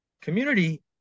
community